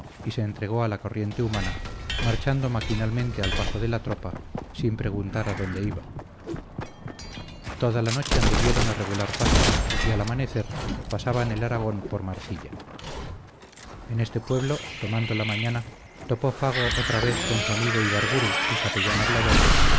y se entregó a la corriente humana marchando maquinalmente al paso de la tropa sin preguntar adónde iba toda la noche anduvieron a regular paso y al amanecer pasaban el aragón por marcilla en este pueblo tomando la mañana topó fago otra vez con su amigo ibarburu el capellán hablador